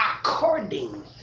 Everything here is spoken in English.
according